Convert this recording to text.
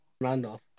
Randolph